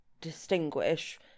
distinguish